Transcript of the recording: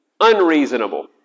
unreasonable